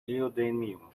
neodymium